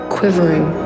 quivering